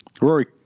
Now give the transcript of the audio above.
Rory